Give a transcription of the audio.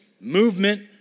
movement